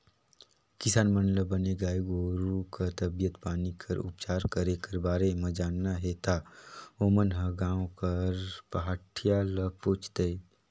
किसान मन ल बने गाय गोरु कर तबीयत पानी कर उपचार करे कर बारे म जानना हे ता ओमन ह गांव कर पहाटिया ल पूछ लय